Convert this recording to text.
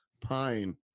pine